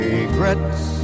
Regrets